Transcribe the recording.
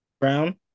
Brown